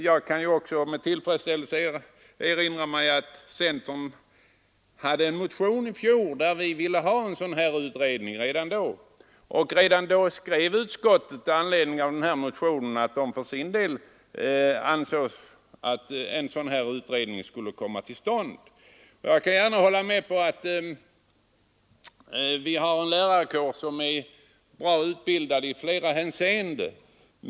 Jag kan med tillfredsställelse erinra mig att centern i fjol väckte en motion där vi begärde en sådan utredning, och redan då skrev utskottet i anledning av motionen att utredningen borde komma till stånd. Jag kan hålla med om att vi har en lärarkår som i flera avseenden är välutbildad.